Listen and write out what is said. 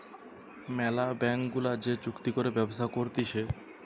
ম্যালা ব্যাঙ্ক গুলা যে চুক্তি করে ব্যবসা করতিছে